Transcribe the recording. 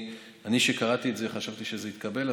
כשקראתי את זה חשבתי שזה התקבל,